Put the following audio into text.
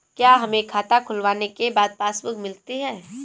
क्या हमें खाता खुलवाने के बाद पासबुक मिलती है?